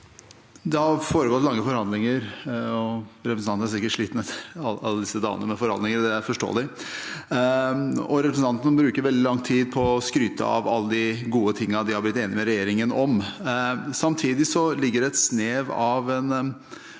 Det har fore- gått lange forhandlinger, og representantene er sikkert slitne av disse dagene med forhandlinger. Det er forståelig. Representanten bruker veldig lang tid på å skryte av alle de gode tingene de har blitt enige med regjeringen om. Samtidig ligger det et snev av